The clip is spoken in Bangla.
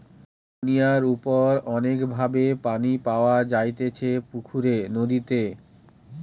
দুনিয়ার উপর অনেক ভাবে পানি পাওয়া যাইতেছে পুকুরে, নদীতে